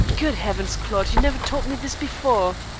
good heavens, claude, you never told me this before.